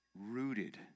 rooted